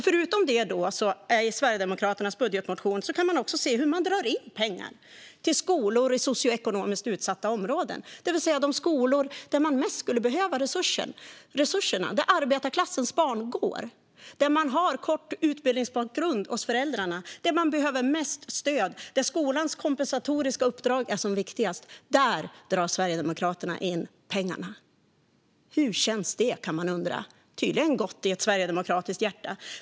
Förutom detta kan den som läser Sverigedemokraternas budgetmotion också se hur man drar tillbaka pengar till skolor i socioekonomiskt utsatta områden, det vill säga de skolor som mest skulle behöva resurserna. Det är där arbetarklassens barn går, och det är där föräldrarna har kort utbildningsbakgrund. Det är där det behövs mest stöd, och det är där skolans kompensatoriska uppdrag är som viktigast. Där drar Sverigedemokraterna tillbaka pengarna. Hur känns det? kan man undra. Det känns tydligen gott i ett sverigedemokratiskt hjärta.